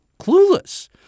clueless